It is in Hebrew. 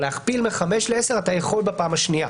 אבל להכפיל מ-5,000 שקל ל-10,000 שקל אתה יכול בפעם השנייה.